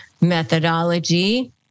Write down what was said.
methodology